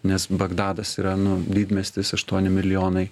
nes bagdadas yra nu didmiestis aštuoni milijonai